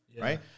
Right